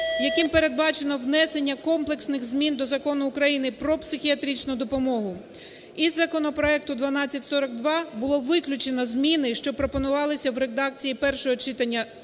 яким передбачено внесення комплексних змін до Закону України "Про психіатричну допомогу", із законопроекту 1242 було виключено зміни, що пропонувалися в редакції першого читання до